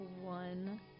one